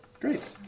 Great